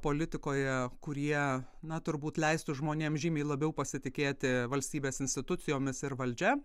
politikoje kurie na turbūt leistų žmonėm žymiai labiau pasitikėti valstybės institucijomis ir valdžia